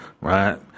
right